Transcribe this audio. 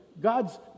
God's